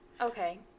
Okay